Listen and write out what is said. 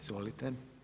Izvolite.